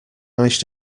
managed